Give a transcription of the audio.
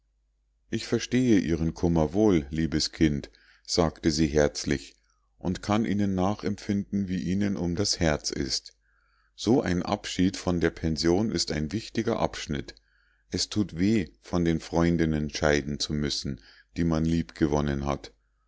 ich verstehe ihren kummer wohl liebes kind sagte sie herzlich und kann ihnen nachempfinden wie ihnen um das herz ist so ein abschied von der pension ist ein wichtiger abschnitt es thut weh von den freundinnen scheiden zu müssen die man lieb gewonnen hat